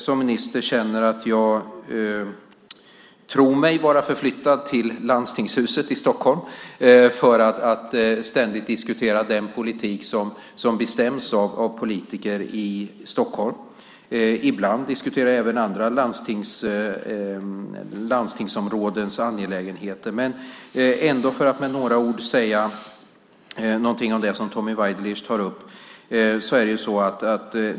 Som minister tror jag mig ibland vara förflyttad till landstingshuset i Stockholm för att ständigt diskutera den politik som bestäms av politiker i Stockholm. Ibland diskuterar jag även andra landstingsområdens angelägenheter. Ändå vill jag med några ord säga något om det som Tommy Waidelich tar upp.